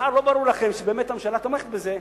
ולא ברור לכם שבאמת הממשלה מחר תומכת בזה,